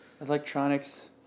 Electronics